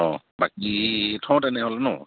অঁ বাকী থওঁ তেনেহ'লে ন